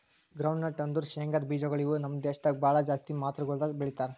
groundnut ಅಂದುರ್ ಶೇಂಗದ್ ಬೀಜಗೊಳ್ ಇವು ನಮ್ ದೇಶದಾಗ್ ಭಾಳ ಜಾಸ್ತಿ ಮಾತ್ರಗೊಳ್ದಾಗ್ ಬೆಳೀತಾರ